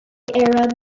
arab